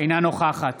אינה נוכחת